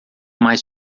mais